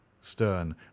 stern